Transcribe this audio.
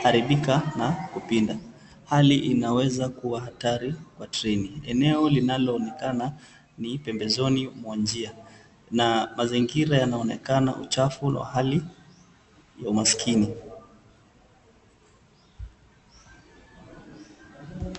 imeharibika na kupinda. Hali inaweza kuwa hatari kwa treni. Eneo linaloonekana ni pembezoni mwa njia, na mazingira yanaonekana uchafu wa hali ya umaskini.